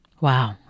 Wow